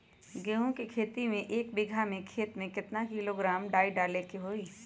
गेहूं के खेती में एक बीघा खेत में केतना किलोग्राम डाई डाले के होई?